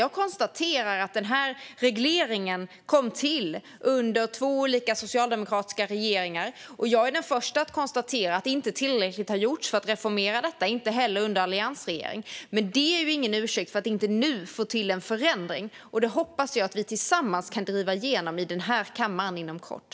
Jag konstaterar att den här regleringen kom till under två olika socialdemokratiska regeringar. Jag är den första att konstatera att inte tillräckligt har gjorts för att reformera detta, inte heller under alliansregeringen. Men det är ju ingen ursäkt för att inte nu få till en förändring. Det hoppas jag att vi tillsammans kan driva igenom i den här kammaren inom kort.